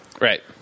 Right